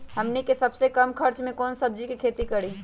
हमनी के सबसे कम खर्च में कौन से सब्जी के खेती करी?